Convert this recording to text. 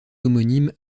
homonyme